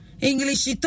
English